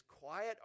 quiet